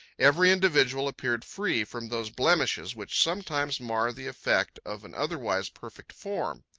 every individual appeared free from those blemishes which sometimes mar the effect of an otherwise perfect form.